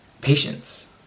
patience